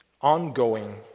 ongoing